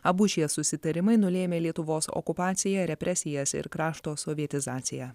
abu šie susitarimai nulėmė lietuvos okupaciją represijas ir krašto sovietizaciją